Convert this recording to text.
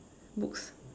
books